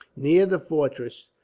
near the fortress,